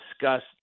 discussed